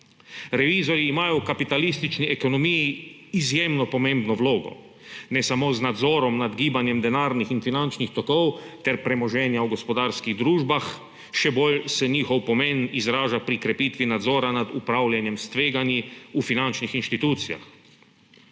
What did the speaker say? Revizorji imajo v kapitalistični ekonomiji izjemno pomembno vlogo, ne samo z nadzorom nad gibanjem denarnih in finančnih tokov ter premoženja v gospodarskih družbah, še bolj se njihov pomen izraža pri krepitvi nadzora nad upravljanjem s tveganji v finančnih institucijah.